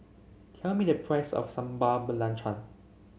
tell me the price of Sambal Belacan